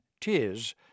Tis